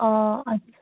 অঁ আচ্চা